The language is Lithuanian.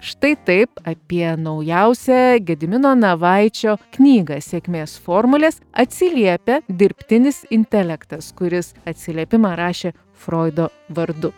štai taip apie naujausią gedimino navaičio knygą sėkmės formulės atsiliepia dirbtinis intelektas kuris atsiliepimą rašė froido vardu